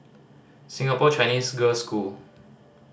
Singapore Chinese Girls' School